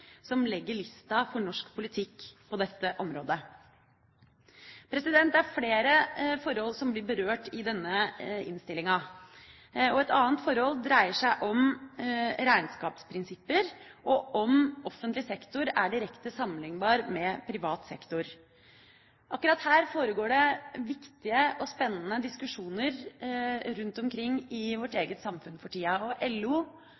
som legger lista for norsk politikk på dette området. Det er flere forhold som blir berørt i denne innstillinga. Et annet forhold dreier seg om regnskapsprinsipper og om offentlig sektor er direkte sammenlignbar med privat sektor. Akkurat her foregår det viktige og spennende diskusjoner rundt omkring i vårt eget samfunn for tida, og LO